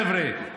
חבר'ה,